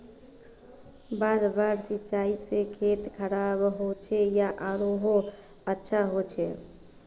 बार बार सिंचाई से खेत खराब होचे या आरोहो अच्छा होचए?